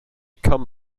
come